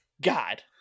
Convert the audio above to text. God